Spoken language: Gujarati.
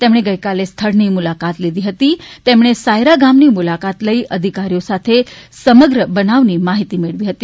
તેમણે ગઈકાલે સ્થળની મુલાકાત લીધી છે તેમણે સાયરા ગામની મુલાકાત લઇ અધિકારીઓ સાથે સમગ્ર બનાવની માહિતી મેળવી હતી